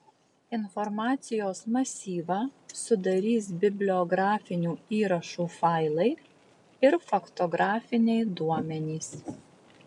informacijos masyvą sudarys bibliografinių įrašų failai ir faktografiniai duomenys